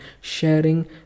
sharing